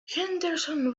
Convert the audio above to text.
henderson